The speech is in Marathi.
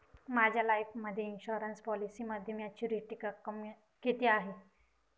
माझ्या लाईफ इन्शुरन्स पॉलिसीमध्ये मॅच्युरिटी रक्कम किती आहे?